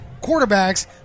quarterbacks